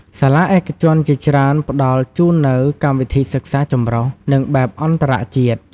សាលាឯកជនជាច្រើនផ្តល់ជូននូវ កម្មវិធីសិក្សាចម្រុះ និងបែបអន្តរជាតិ ។